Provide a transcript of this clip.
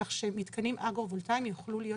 כך שמתקנים אגרו וולטאיים יוכלו להיות